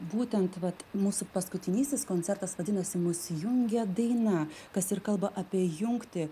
būtent vat mūsų paskutinysis koncertas vadinasi mus jungia daina kas ir kalba apie jungtį